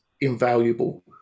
invaluable